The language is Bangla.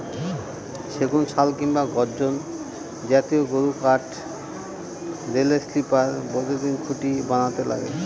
সেগুন, শাল কিংবা গর্জন জাতীয় গুরুকাঠ রেলের স্লিপার, বৈদ্যুতিন খুঁটি বানাতে লাগে